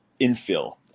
infill